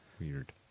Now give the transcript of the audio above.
Weird